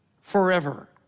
forever